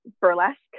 burlesque